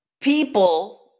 people